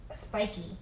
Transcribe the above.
spiky